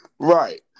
Right